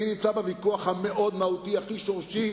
אני נמצא בוויכוח המאוד מהותי, הכי שורשי